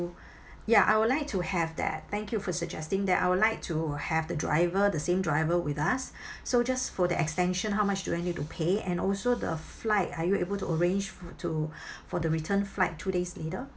ya I would like to have that thank you for suggesting that I would like to have the driver the same driver with us so just for the extension how much do I need to pay and also the flight are you able to arrange to for the return flight two days later